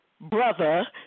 brother